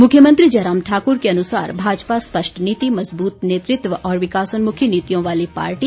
मुख्यमंत्री जयराम ठाकुर के अनुसार भाजपा स्पष्ट नीति मज़बूत नेतृत्व और विकासोन्मुखी नीतियों वाली पार्टी